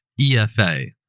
EFA